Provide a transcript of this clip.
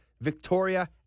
Victoria